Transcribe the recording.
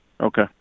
okay